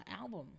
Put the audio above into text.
album